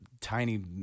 tiny